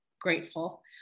grateful